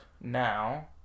now